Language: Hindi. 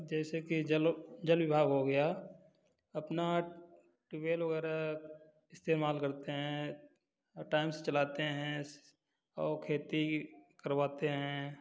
जैसे कि जल जल विभाग हो गया अपना ट्यूब वेल वगैरह इस्तेमाल करते हैं और टाइम से चलाते हैं और खेती करवाते हैं